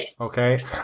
Okay